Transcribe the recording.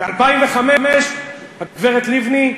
ב-2005 הגברת לבני,